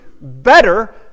better